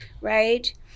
right